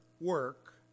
work